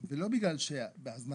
ולא בגלל הזנחה,